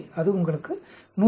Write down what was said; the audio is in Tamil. எனவே அது உங்களுக்கு 148